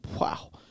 wow